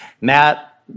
Matt